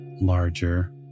larger